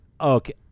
okay